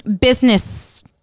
business